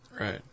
Right